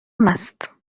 است